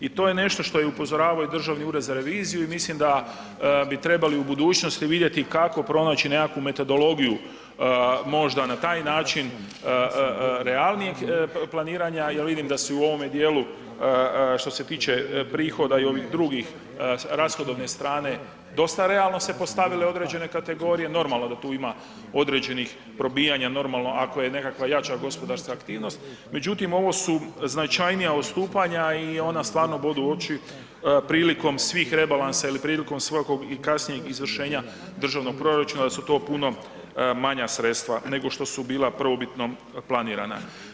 I to je nešto što je upozoravao i Državni ured za reviziju i mislim bi trebali u budućnosti vidjeti kako pronaći nekakvu metodologiju možda na taj način realnijeg planiranja jer vidim da se i u ovome dijelu što se tiče prihoda i ovih drugih rashodovne strane dosta realno se postavile određene kategorije normalno da tu ima određenih probijanja normalno ako je nekakva jača gospodarska aktivnost, međutim ovo su značajnija odstupanja i ona stvarno bodu u oči prilikom svih rebalansa ili prilikom svakog i kasnijeg izvršenja državnog proračuna da su to puno manja sredstva nego što su bila prvobitnom planirana.